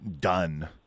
done